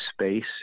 space